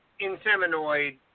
Inseminoid